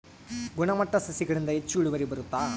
ಗುಣಮಟ್ಟ ಸಸಿಗಳಿಂದ ಹೆಚ್ಚು ಇಳುವರಿ ಬರುತ್ತಾ?